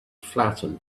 flattened